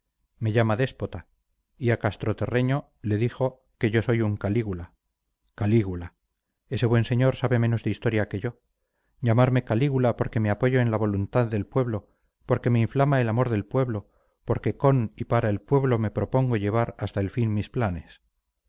me llama déspota y a castroterreño le dijo que yo soy un calígula calígula este buen señor sabe menos de historia que yo llamarme calígula porque me apoyo en la voluntad del pueblo porque me inflama el amor del pueblo porque con y para el pueblo me propongo llevar hasta el fin mis planes